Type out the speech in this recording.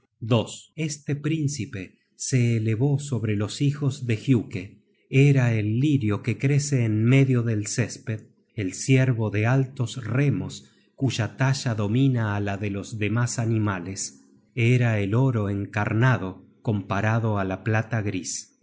sigurd este príncipe se elevó sobre los hijos de giuke era el lirio que crece en medio del césped el ciervo de altos remos cuya talla domina á la de los demas animales era el oro encarnado comparado á la plata gris